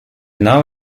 now